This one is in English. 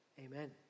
Amen